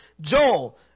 Joel